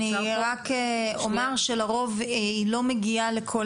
אני רק אומר שלרוב היא לא מגיעה לכל